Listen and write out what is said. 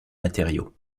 matériaux